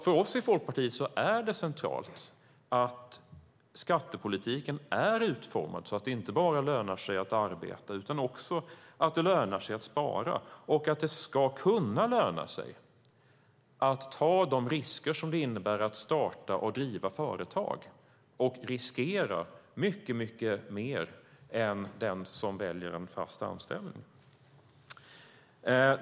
För oss i Folkpartiet är det centralt att skattepolitiken är utformad så att det inte bara lönar sig att arbeta utan att det också lönar sig att spara. Det ska också kunna löna sig att ta de risker som det innebär att starta och driva företag och riskera mycket mer än den som väljer en fast anställning gör.